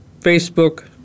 Facebook